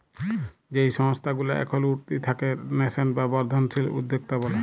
যেই সংস্থা গুলা এখল উঠতি তাকে ন্যাসেন্ট বা বর্ধনশীল উদ্যক্তা ব্যলে